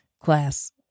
Class